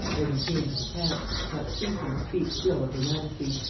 ere he came to the camp not ceasing to speak still of her majesty,